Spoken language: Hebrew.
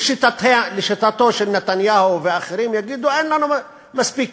לשיטתו של נתניהו ואחרים יגידו: אין לנו מספיק